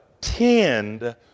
tend